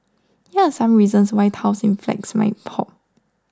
here are some reasons why tiles in flats may pop